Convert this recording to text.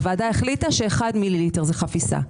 הוועדה החליטה ש-1 מיליליטר הוא חפיסה.